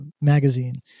magazine